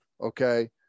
okay